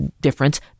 difference